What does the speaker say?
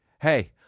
Hey